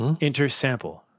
Inter-sample